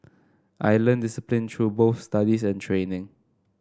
I learnt discipline through both studies and training